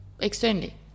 externally